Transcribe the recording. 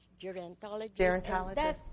Gerontologists